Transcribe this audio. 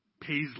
Paisley